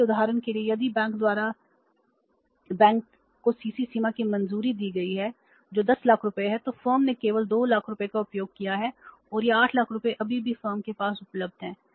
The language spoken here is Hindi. इसलिए उदाहरण के लिए यदि बैंक द्वारा बैंक को CC सीमा की मंजूरी दी गई है जो 10 लाख रुपए है तो फर्म ने केवल 2 लाख रुपए का उपयोग किया है और यह 8 लाख रुपए अभी भी फर्म के पास उपलब्ध है